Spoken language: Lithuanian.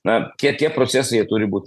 na tie tie procesai jie turi būt